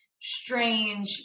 strange